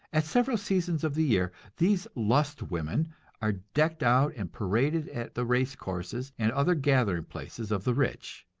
at several seasons of the year these lust-women are decked out and paraded at the race-courses and other gathering places of the rich,